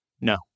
No